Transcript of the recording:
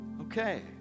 okay